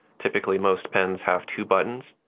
typically, most pens have two buttons.